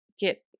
get